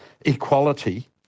equality